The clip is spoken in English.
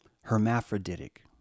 hermaphroditic